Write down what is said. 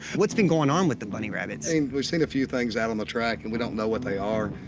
what's been going on with the bunny rabbits? david i mean we're seeing a few things out on the track. and we don't know what they are.